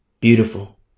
beautiful